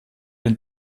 den